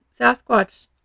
sasquatch